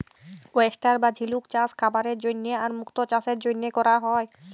oyster বা ঝিলুক চাস খাবারের জন্হে আর মুক্ত চাসের জনহে ক্যরা হ্যয়ে